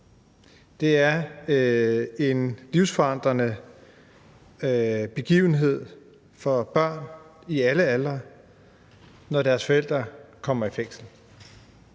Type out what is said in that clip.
Det er en livsforandrende begivenhed for børn i alle aldre, når deres forældre kommer i fængsel.